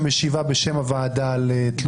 שמשיבה בשם הוועדה על תלונות?